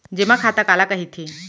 जेमा खाता काला कहिथे?